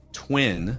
twin